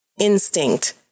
instinct